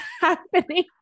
happening